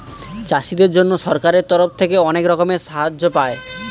চাষীদের জন্য সরকারের তরফ থেকে অনেক রকমের সাহায্য পায়